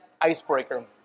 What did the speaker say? icebreaker